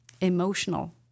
emotional